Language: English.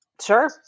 Sure